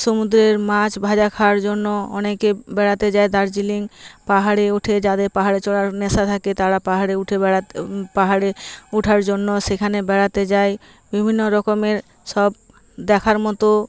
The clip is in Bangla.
সমুদ্রের মাছ ভাজা খাওয়ার জন্য অনেকে বেড়াতে যায় দার্জিলিং পাহাড়ে ওঠে যাদের পাহাড়ে চরার নেশা থাকে তারা পাহাড়ে উঠে বেড়াতে পাহাড়ে উঠার জন্য সেখানে বেড়াতে যায় বিভিন্ন রকমের সব দেখার মতো